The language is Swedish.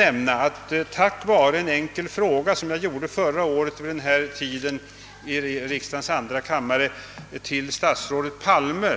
Förra året vid denna tid ställde jag till statsrådet Palme i denna kammare